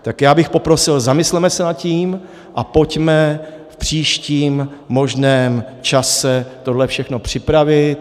Tak já bych poprosil, zamysleme se nad tím a pojďme v příštím možném čase tohle všechno připravit.